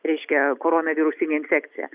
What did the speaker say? reiškia koronavirusine infekcija